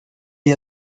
est